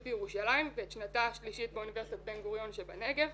בירושלים ואת שנתה השלישית באוניברסיטת בן גוריון שבנגב.